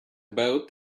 boat